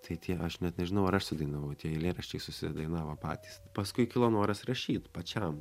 tai tie aš net nežinau ar aš sudainavau tie eilėraščiai susidainavo patys paskui kilo noras rašyt pačiam